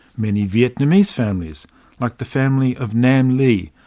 many vietnamese families like the family of nam le,